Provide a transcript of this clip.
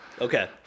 okay